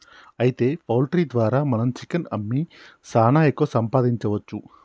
అయితే పౌల్ట్రీ ద్వారా మనం చికెన్ అమ్మి సాన ఎక్కువ సంపాదించవచ్చు